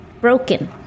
broken